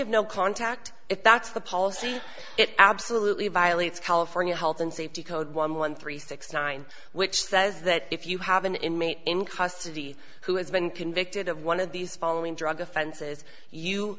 of no contact if that's the policy it absolutely violates california health and safety code one one three six nine which says that if you have an inmate in custody who has been convicted of one of these following drug offenses you